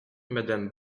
madame